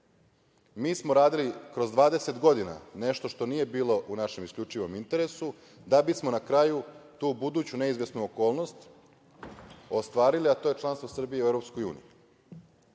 mi smo radili kroz 20 godina nešto što nije bilo u našem isključivom interesu, da bi smo na kraju tu buduću neizvesnu okolnost ostvarili, a to je članstvo Srbije u EU. Mi